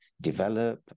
develop